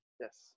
Yes